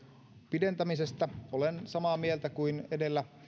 pidentämisestä olen samaa mieltä kuten edellä